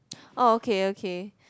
oh okay okay